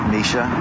Misha